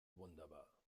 wunderbar